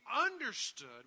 understood